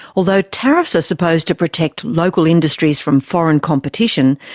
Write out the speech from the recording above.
although tariffs are supposed to protect local industries from foreign competition,